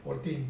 fourteen